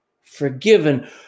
forgiven